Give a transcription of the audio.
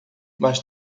mas